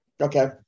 Okay